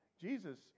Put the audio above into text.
Jesus